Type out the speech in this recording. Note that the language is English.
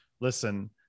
listen